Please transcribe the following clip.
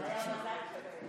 זה היה המזל שלהם.